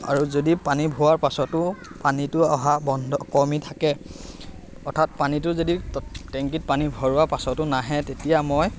আৰু যদি পানী ভৰোৱাৰ পাছতো পানীটো অহা বন্ধ কমি থাকে অৰ্থাৎ পানীটো যদি টেংকিত পানী ভৰোৱা পাছতো নাহে তেতিয়া মই